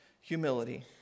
humility